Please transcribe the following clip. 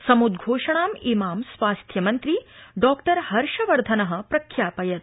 समुद्घोषणाम् मिंग स्वास्थ्यमन्त्री डॉ हर्षवर्धन प्रख्यापयत्